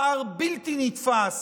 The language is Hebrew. פער בלתי נתפס